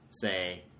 say